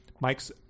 Mike's